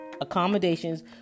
accommodations